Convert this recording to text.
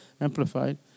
Amplified